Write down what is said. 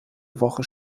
wochen